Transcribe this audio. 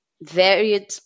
varied